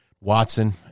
Watson